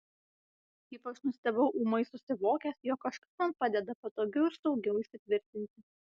kaip aš nustebau ūmai susivokęs jog kažkas man padeda patogiau ir saugiau įsitvirtinti